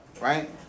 right